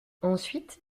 ensuite